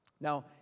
Now